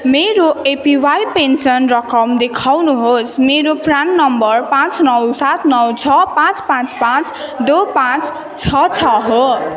मेरो APY pension रकम देखाउनुहोस् मेरो प्रान नम्बर पाँच नौ सात नौ छ पाँच पाँच पाँच दुई पाँच छ छ हो